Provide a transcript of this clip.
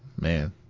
Man